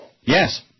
Yes